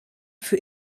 für